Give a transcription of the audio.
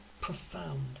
profound